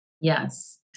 Yes